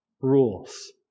rules